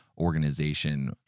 Organization